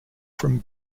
from